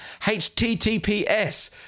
HTTPS